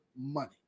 money